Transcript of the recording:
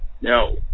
No